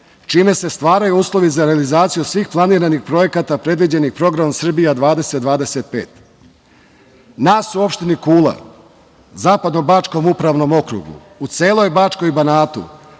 čime se stvaraju uslovi za realizaciju svih planiranih projekata predviđenih Programom „Srbija 2025“. Nas u opštini Kula, Zapadnobačkom upravnom okrugu u celoj Bačkoj i Banatu,